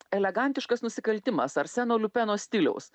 elegantiškas nusikaltimas arseno lupeno stiliaus